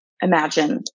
imagine